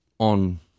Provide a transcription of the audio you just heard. on